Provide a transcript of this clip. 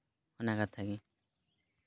ᱚᱱᱟ ᱠᱟᱛᱷᱟ ᱜᱮ